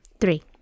Three